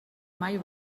mai